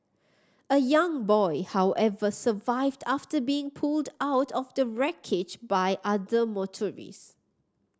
a young boy however survived after being pulled out of the wreckage by other motorist